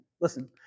Listen